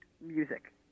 Music